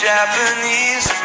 Japanese